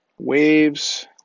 Waves